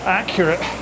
accurate